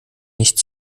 nicht